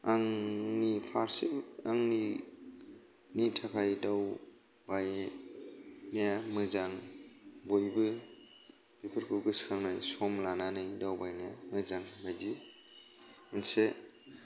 आंनि फारसे आंनि नि थाखाय दावबायनाया मोजां बयबो बेफोरखौ गोसो खांनाय सम लानानै दावबायनाया मोजां बायदि मोनसे